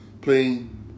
playing